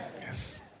Yes